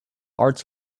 arts